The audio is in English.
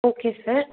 okay sir